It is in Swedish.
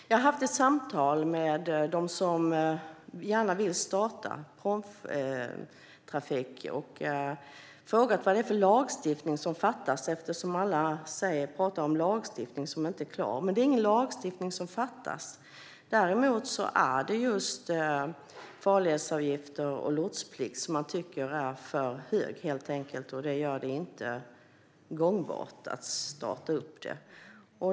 Fru talman! Jag har haft ett samtal med dem som gärna vill starta pråmtrafik, och jag har frågat vilken lagstiftning som fattas. Alla pratar om lagstiftning som inte är klar. Men det är ingen lagstiftning som fattas. Däremot tycker man att farledsavgifterna och lotsavgifterna är för höga, och det gör det inte gångbart att starta.